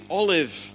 olive